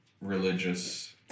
religious